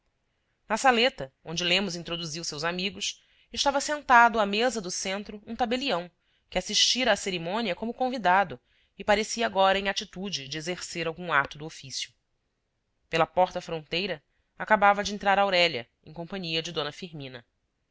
na saleta onde lemos introduziu seus amigos estava sentado à mesa do centro um tabelião que assistira à cerimônia como convidado e parecia agora em atitude de exercer algum ato do ofício pela porta fronteira acabava de entrar aurélia em companhia de d firmina